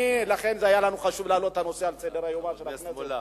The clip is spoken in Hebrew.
לכן היה לנו חשוב להעלות את הנושא על סדר-יומה של הכנסת.